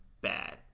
bad